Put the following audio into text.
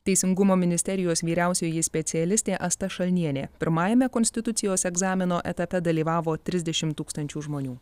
teisingumo ministerijos vyriausioji specialistė asta šalnienė pirmajame konstitucijos egzamino etape dalyvavo trisdešimt tūkstančių žmonių